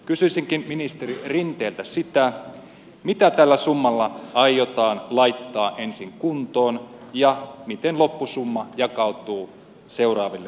kysyisinkin ministeri rinteeltä sitä mitä tällä summalla aiotaan laittaa ensin kuntoon ja miten loppusumma jakautuu seuraaville vuosille